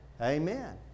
Amen